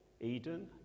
Eden